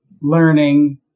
learning